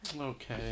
okay